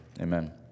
amen